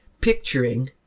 picturing